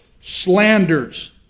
slanders